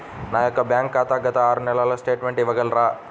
నా యొక్క బ్యాంక్ ఖాతా గత ఆరు నెలల స్టేట్మెంట్ ఇవ్వగలరా?